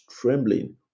trembling